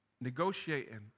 negotiating